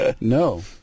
No